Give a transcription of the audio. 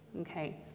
okay